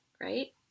right